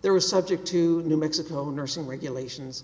there was subject to new mexico nursing regulations